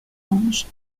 anges